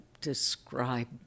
describe